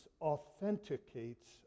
authenticates